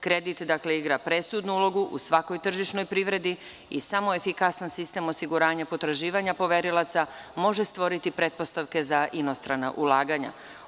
Kredit igra presudnu ulogu u svakoj tržišnoj privredi i samo efikasan sistem osiguranja potraživanja poverilaca može stvoriti pretpostavke za inostrana ulaganja.